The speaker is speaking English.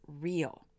real